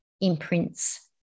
imprints